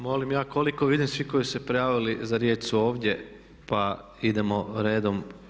Molim, ja koliko vidim svi koji su se prijavili za riječ su ovdje pa idemo redom.